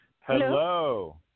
Hello